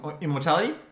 immortality